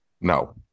No